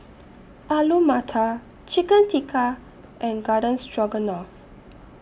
Alu Matar Chicken Tikka and Garden Stroganoff